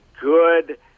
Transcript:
good